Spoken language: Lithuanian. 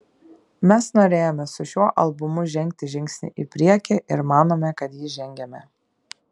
mes norėjome su šiuo albumu žengti žingsnį į priekį ir manome kad jį žengėme